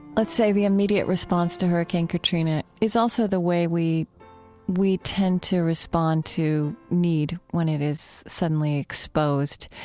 let's say, the immediate response to hurricane katrina is also the way we we tend to respond to need when it is suddenly exposed,